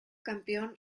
campeón